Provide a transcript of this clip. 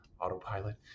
autopilot